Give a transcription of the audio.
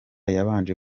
yabanje